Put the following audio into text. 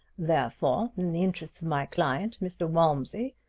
therefore, in the interests of my client, mr. walmsley,